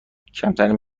کمترین